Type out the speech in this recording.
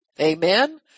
Amen